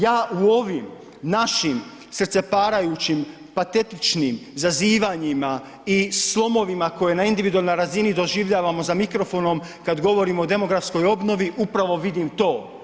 Ja u ovim našim srceparajućim patetičnim zazivanjima i slomovima koji na individualnoj razini doživljavamo za mikrofonom kad govorimo o demografskoj obnovi, upravo vidim to.